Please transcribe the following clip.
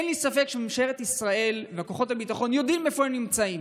אין לי ספק שממשלת ישראל וכוחות הביטחון יודעים איפה הם נמצאים.